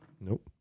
Nope